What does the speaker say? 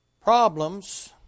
problems